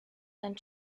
and